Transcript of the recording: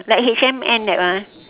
like H&M that one